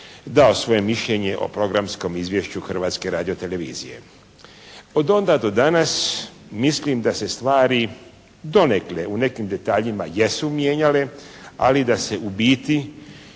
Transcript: dao svoje mišljenje o programskom izvješću Hrvatske radiotelevizije. Od onda do danas mislim da se stvari donekle u nekim detaljima jesu mijenjale, ali da se u biti